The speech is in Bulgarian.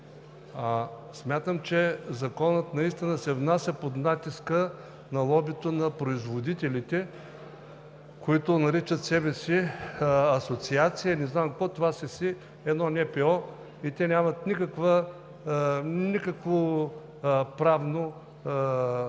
Смятам, че Законът наистина се внася под натиска на лобито на производителите, които наричат себе си „асоциация“ и не знам си какво. Това си е едно НПО и те нямат никакво правно значение,